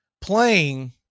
playing